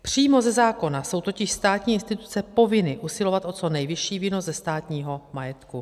Přímo ze zákona jsou totiž státní instituce povinny usilovat o co nejvyšší výnos ze státního majetku.